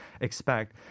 expect